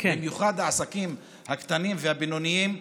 במיוחד העסקים הקטנים והבינוניים,